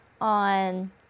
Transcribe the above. on